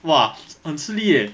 !wah! 很吃力 leh